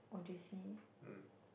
or J_C